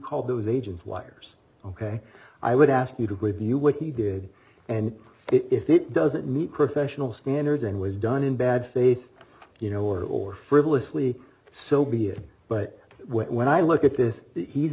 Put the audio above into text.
called those agents liars ok i would ask you to believe knew what he did and if it doesn't meet professional standard and was done in bad faith you know or frivolously so be it but when i look at this he's